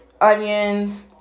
onions